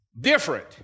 Different